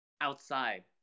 outside